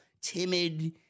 timid